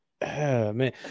man